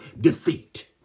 defeat